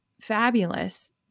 fabulous